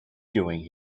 doing